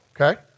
okay